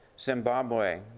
Zimbabwe